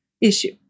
issue